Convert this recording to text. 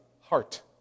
Heart